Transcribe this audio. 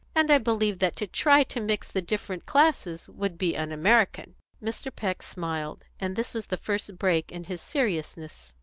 and i believe that to try to mix the different classes would be un-american. mr. peck smiled, and this was the first break in his seriousness.